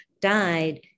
died